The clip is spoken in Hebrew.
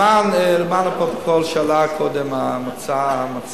למען הפרוטוקול, שאלה קודם המציעה